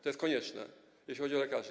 To jest konieczne, jeśli chodzi o lekarzy.